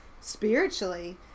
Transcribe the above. spiritually